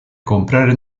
comprar